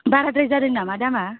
बाराद्राय जादों नामा दामा